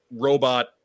robot